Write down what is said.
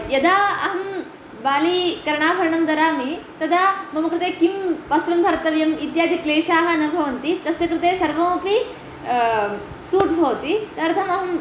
यदा अहं बाली कर्णाभरणं धरामि तदा मम कृते किम् वस्त्रं धर्तव्यम् इत्यादि क्लेशाः न भवन्ति तस्य कृते सर्वमपि सूट् भवति तदर्थमहं